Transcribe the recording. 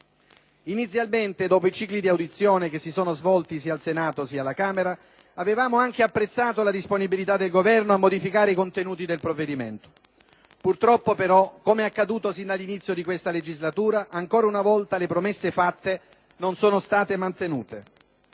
Inizialmente, dopo i cicli di audizione che si sono svolti sia al Senato che alla Camera, avevamo anche apprezzato la disponibilità del Governo a modificare i contenuti del provvedimento. Purtroppo però, come è accaduto sin dall'inizio di questa legislatura, ancora una volta non sono state mantenute